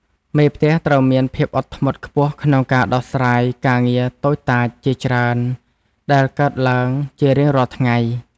មេផ្ទះត្រូវមានភាពអត់ធ្មត់ខ្ពស់ក្នុងការដោះស្រាយការងារតូចតាចជាច្រើនដែលកើតឡើងជារៀងរាល់ថ្ងៃ។